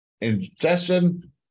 ingestion